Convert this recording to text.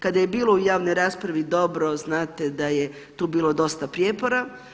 Kada je bilo u javnoj raspravi dobro, znate da je tu bilo dosta prijepora.